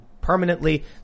permanently